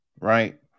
right